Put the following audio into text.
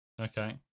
okay